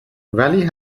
ولی